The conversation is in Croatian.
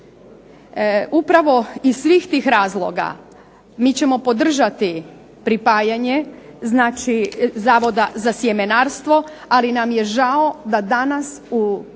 Upravo iz svih tih razloga mi ćemo podržati pripajanje znači Zavoda za sjemenarstvo, ali nam je žao da danas u